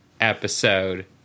episode